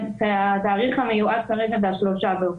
התאריך המיועד כרגע הוא ה-3 באוקטובר.